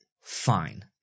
Fine